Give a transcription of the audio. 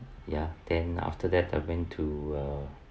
ya then after that I went to uh